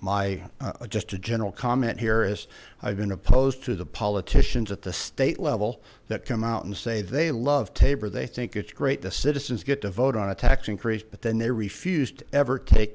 my a just a general comment here is i've been opposed to the politicians at the state level that come out and say they love taber they think it's great the citizens get to vote on a tax increase but then they refused ever take